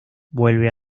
vuelve